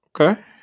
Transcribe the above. Okay